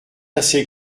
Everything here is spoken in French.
assez